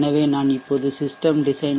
எனவே நான் இப்போது சிஸ்டெம் டிசைன்